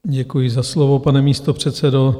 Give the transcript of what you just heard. Děkuji za slovo, pane místopředsedo.